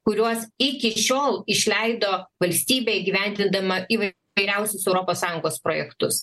kuriuos iki šiol išleido valstybė įgyvendindama įvai vairiausius europos sąjungos projektus